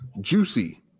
juicy